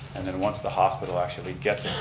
and then once the hospital actually gets